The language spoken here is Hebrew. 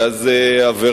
כי אז זה עבירה,